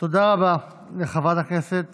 תודה רבה לחבר הכנסת